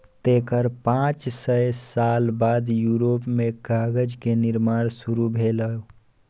तेकर पांच सय साल बाद यूरोप मे कागज के निर्माण शुरू भेलै